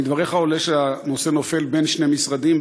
מדבריך עולה שהנושא נופל בין שני משרדים,